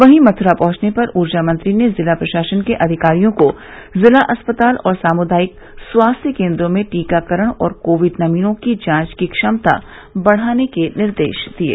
वहीं मथुरा पहुंचने पर ऊर्जा मंत्री ने जिला प्रशासन के अधिकारियों को जिला अस्पताल और सामुदायिक स्वास्थ्य केन्द्रों में टीकाकरण और कोविड नमूनों की जांच की क्षमता बढ़ाने के निर्देश दिये